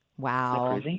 Wow